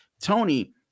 Tony